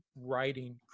writing